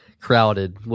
crowded